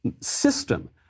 system